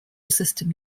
system